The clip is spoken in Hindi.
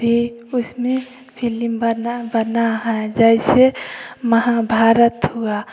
भी उसमे फिल्म बना बना है जैसे महाभारत हुआ